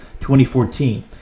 2014